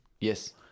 Yes